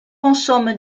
consomme